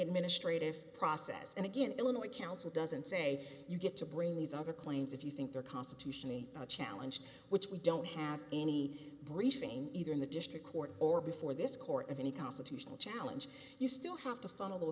administrative process and again illinois council doesn't say you get to bring these other claims if you think they're constitutionally a challenge which we don't have any briefing either in the district court or before this court of any constitutional challenge you still have to f